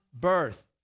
birth